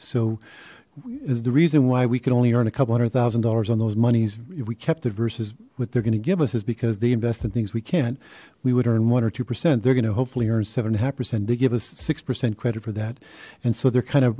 so is the reason why we could only earn a couple hundred thousand dollars on those monies if we kept it versus what they're gonna give us is because they invest in things we can't we would earn one or two percent they're gonna hopefully earn seven a half percent they give us six percent credit for that and so they're kind of